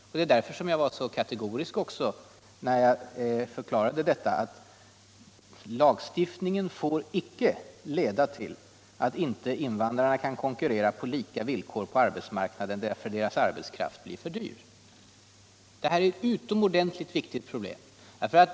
Det är också därför jag har varit så kategorisk när jag har förklarat att lagstiftningen icke får leda till att invandrare inte kan konkurrera på lika villkor på arbetsmarknaden, därför att deras arbetskraft blir för dyr. Detta är ett utomordentligt viktigt problem.